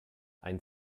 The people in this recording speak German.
ein